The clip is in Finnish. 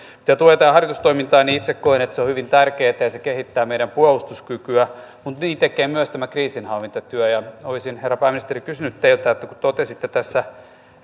mitä tulee tähän harjoitustoimintaan niin itse koen että se on hyvin tärkeätä ja se kehittää meidän puolustuskykyämme mutta niin tekee myös tämä kriisinhallintatyö olisin herra pääministeri kysynyt teiltä kun totesitte tässä